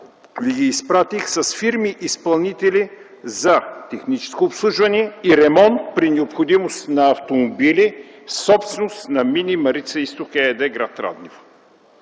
Ви ги изпратих, с фирми-изпълнители за техническо обслужване и ремонт при необходимост на автомобили, собственост на мини „Марица Изток” ЕАД, гр. Раднево.